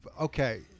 okay